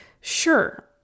sure